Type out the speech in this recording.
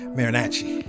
Marinacci